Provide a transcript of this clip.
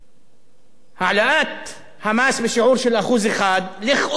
העלאת המס בשיעור של 1% היא לכאורה שוויונית,